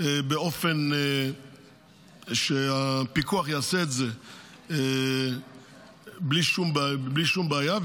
באופן שהפיקוח יעשה את זה בלי שום בעיה,